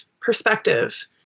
perspective